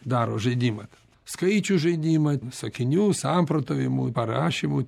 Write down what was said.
daro žaidimą skaičių žaidimą sakinių samprotavimų parašymų